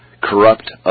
CORRUPT